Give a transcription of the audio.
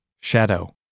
Shadow